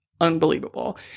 unbelievable